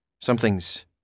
something's